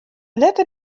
letter